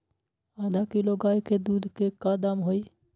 आधा किलो गाय के दूध के का दाम होई?